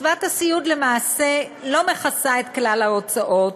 קצבת הסיעוד למעשה לא מכסה את כלל ההוצאות,